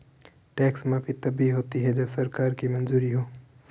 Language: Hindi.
टैक्स माफी तभी होती है जब सरकार की मंजूरी हो